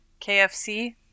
KFC